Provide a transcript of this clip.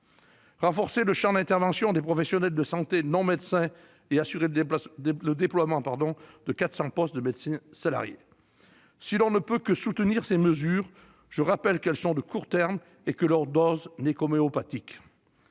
renforcer le champ d'intervention des professionnels de santé non-médecins et d'assurer le déploiement de 400 postes de médecins salariés. Si l'on ne peut que soutenir ces mesures, je rappelle qu'elles sont de court terme, et que leur dose n'est qu'homéopathique.